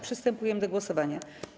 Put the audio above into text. Przystępujemy do głosowania.